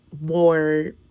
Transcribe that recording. more